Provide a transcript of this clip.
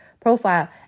profile